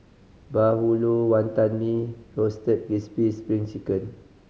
bahulu Wantan Mee Roasted Crispy Spring Chicken